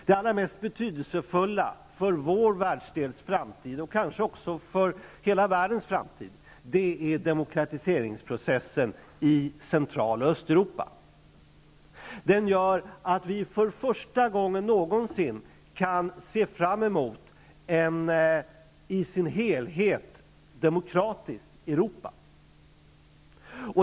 Det allra mest betydelsefulla för vår världsdels framtid, kanske även för hela världens framtid, är demokratiseringsprocessen i Central och Östeuropa. Den gör att vi för första gången någonsin kan se fram emot ett i sin helhet demokratiskt Europa.